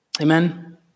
Amen